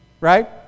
right